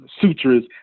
sutras